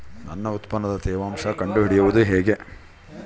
ನನ್ನ ಉತ್ಪನ್ನದ ತೇವಾಂಶ ಕಂಡು ಹಿಡಿಯುವುದು ಹೇಗೆ?